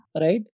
Right